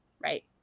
right